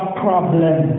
problem